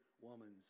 woman's